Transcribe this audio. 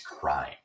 crying